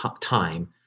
time